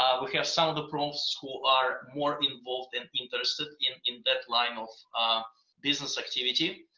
we have some of the profs who are more involved and interested in in that line of business activity.